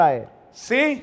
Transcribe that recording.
See